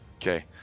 okay